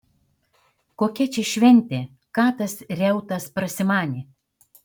kokia čia šventė ką tas reutas prasimanė